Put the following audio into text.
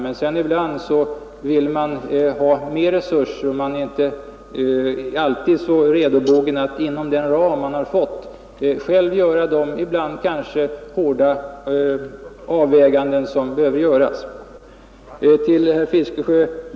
Men ibland vill man ha bättre resurser och är inte alltid så redobogen att inom den ram man fått själv göra de ibland hårda avväganden som behövs.